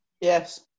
Yes